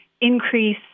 increase